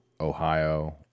Ohio